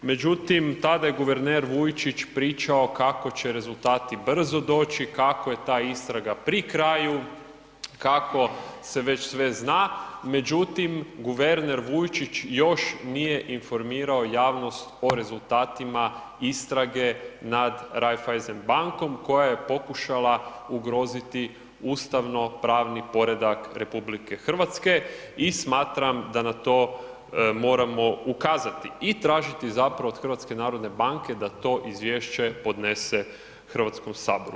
Međutim, tada je guverner Vujčić pričao kako će rezultati brzo doći, kako je ta istraga pri kraju, kako se već sve zna, međutim guverner Vujčić još nije informirao javnost o rezultatima istrage nad Raiffeisen bankom koja je pokušala ugroziti ustavno pravni poredak RH i smatram da na to moramo ukazati i tražiti zapravo od HNB-a da to izvješće podnese Hrvatskom saboru.